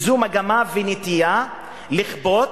זו מגמה ונטייה לכפות.